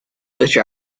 which